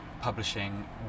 publishing